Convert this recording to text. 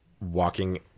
walking